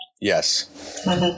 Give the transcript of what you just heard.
Yes